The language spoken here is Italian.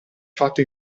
fatto